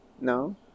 no